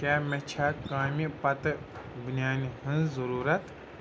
کیٛاہ مےٚ چھا کامہِ پتہٕ بنیانہِ ہٕنٛز ضروٗرت